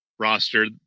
roster